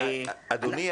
אדוני,